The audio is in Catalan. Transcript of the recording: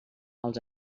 als